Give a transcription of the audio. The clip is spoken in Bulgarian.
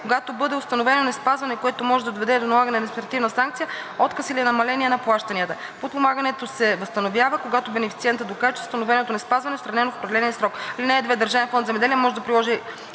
когато бъде установено неспазване, което може да доведе до налагане на административна санкция, отказ или намаления на плащанията. Подпомагането се възстановява, когато бенефициентът докаже, че установеното неспазване е отстранено в определения срок. (2) Държавен фонд „Земеделие“ може да приложи